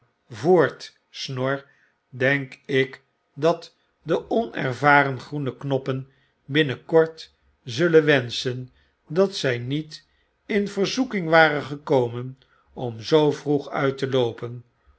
voortsnor denk ik dat de onervarengroeneknoppen tfinnenkort zullen wenscln dat zjj niet in verzoeking waren gekomen om zoo vroeg uit te loopen